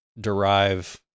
derive